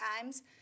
times